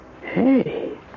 Hey